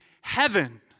heaven